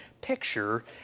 picture